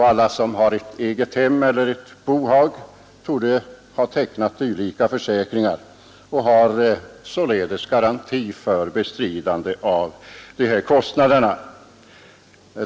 Alla som har eget hem eller bohag torde ha tecknat dylika försäkringar och har således garanti för bestridande av dessa kostnader.